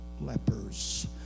lepers